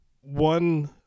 one